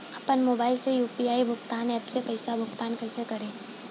आपन मोबाइल से यू.पी.आई भुगतान ऐपसे पईसा भुगतान कइसे करि?